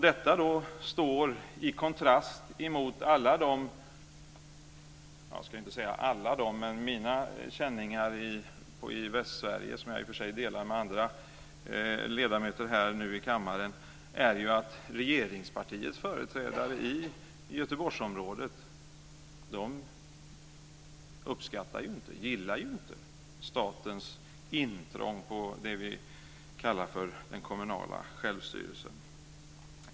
Detta står i kontrast mot det som jag erfarit av alla känningar i Västsverige - i alla fall mina känningar, som jag i och för sig delar med andra ledamöter här i kammaren - att regeringspartiets företrädare i Göteborgsområdet inte gillar statens intrång i det som vi kallar för den kommunala självstyrelsen.